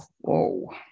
Whoa